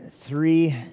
three